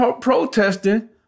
protesting